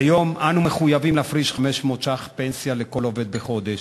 כיום אנו מחויבים להפריש 500 ש"ח פנסיה לכל עובד בחודש,